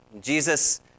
Jesus